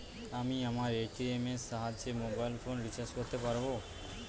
আমি আমার এ.টি.এম এর সাহায্যে মোবাইল ফোন রিচার্জ করতে পারব?